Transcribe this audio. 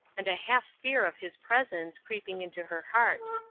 and a half fear of his presence, creeping into her heart,